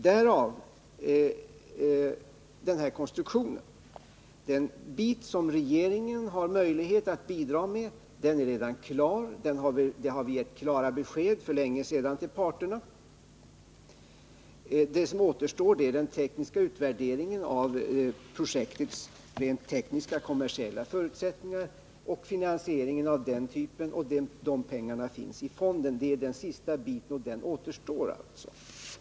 Därav den här konstruktionen. Den bit som regeringen har att bidra med är redan klar. Om det har vi gett klart besked till parterna för länge sedan. Det som återstår är utvärderingen av projektets rent tekniska och kommersiella förutsättningar och finansieringen av den delen — och de pengarna finns i fonden. Det är den sista biten, och den återstår alltså.